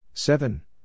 Seven